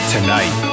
Tonight